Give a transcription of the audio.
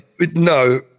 no